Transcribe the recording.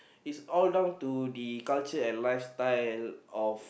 is all down to the culture and lifestyle of